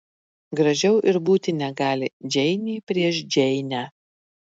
gražiau ir būti negali džeinė prieš džeinę